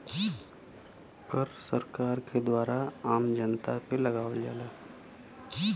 कर सरकार के द्वारा आम जनता पे लगावल जाला